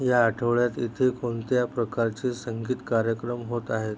या आठवड्यात इथे कोणत्या प्रकारचे संगीत कार्यक्रम होत आहेत